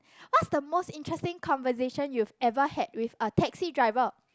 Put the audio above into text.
what's the most interesting conversation you've ever had with a taxi driver